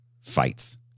fights